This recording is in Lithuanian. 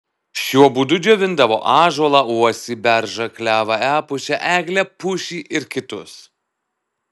šiuo būdu džiovindavo ąžuolą uosį beržą klevą epušę eglę pušį ir kitus